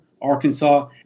Arkansas